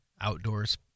outdoors